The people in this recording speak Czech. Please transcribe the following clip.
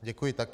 Děkuji také.